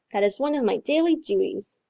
that is one of my daily duties.